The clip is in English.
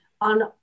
on